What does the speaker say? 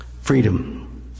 freedom